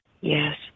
Yes